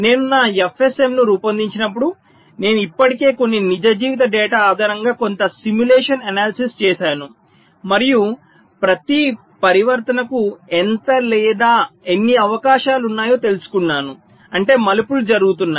నేను నా FSM ను రూపొందించినప్పుడు నేను ఇప్పటికే కొన్ని నిజ జీవిత డేటా ఆధారంగా కొంత సిములేషన్ ఎనాలిసిస్ చేసాను మరియు ప్రతి పరివర్తనకు ఎంత లేదా ఎన్ని అవకాశాలు ఉన్నాయో తెలుసుకున్నాను అంటే మలుపులు జరుగుతున్నాయి